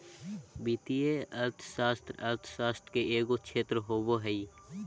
वित्तीय अर्थशास्त्र अर्थशास्त्र के एगो क्षेत्र होबो हइ